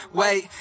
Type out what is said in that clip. wait